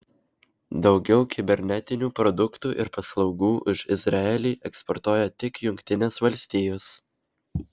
daugiau kibernetinių produktų ir paslaugų už izraelį eksportuoja tik jungtinės valstijos